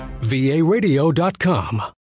varadio.com